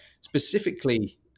specifically